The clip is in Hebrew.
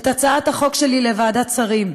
את הצעת החוק שלי לוועדת שרים,